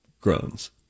groans